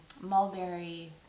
mulberry